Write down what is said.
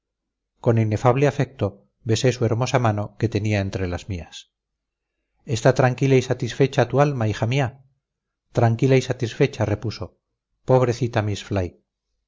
con inefable afecto besé su hermosa mano que tenía entre las mías está tranquila y satisfecha tu alma hija mía tranquila y satisfecha repuso pobrecita miss